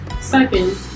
Second